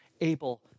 able